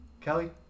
Kelly